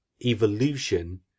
evolution